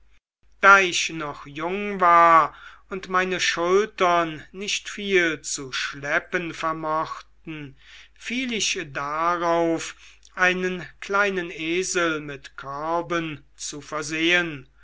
da ich noch jung war und meine schultern nicht viel zu schleppen vermochten fiel ich darauf einen kleinen esel mit körben zu versehen